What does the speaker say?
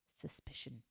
suspicion